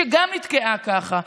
שגם נתקעה ככה,